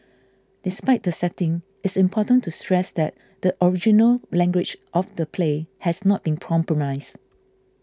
despite the setting it's important to stress that the original language of the play has not been